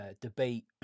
debate